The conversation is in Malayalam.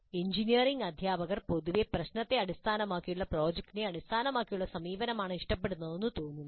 എഞ്ചിനീയറിംഗ് അധ്യാപകർ പൊതുവെ പ്രശ്നത്തെ അടിസ്ഥാനമാക്കിയുള്ള പ്രോജക്ടിനെ അടിസ്ഥാനമാക്കിയുള്ള സമീപനമാണ് ഇഷ്ടപ്പെടുന്നതെന്ന് തോന്നുന്നു